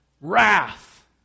Wrath